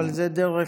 אבל זה דרך